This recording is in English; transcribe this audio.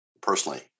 personally